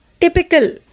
typical